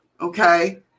Okay